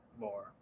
more